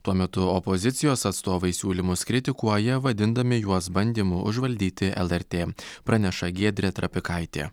tuo metu opozicijos atstovai siūlymus kritikuoja vadindami juos bandymu užvaldyti lrt praneša giedrė trapikaitė